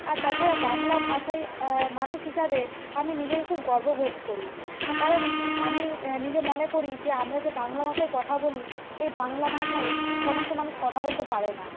আর তাছাড়া বাংলা ভাষায় মানুষ হিসাবে আমি নিজেকে খুব গর্ববোধ করি কারণ আমি নিজে মনে করি যে আমরা যে বাংলা ভাষায় কথা বলি এই বাংলা ভাষায় সমস্ত মানুষ কথা বলতে পারে না